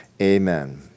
Amen